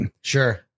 sure